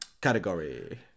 Category